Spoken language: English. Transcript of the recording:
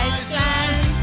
Iceland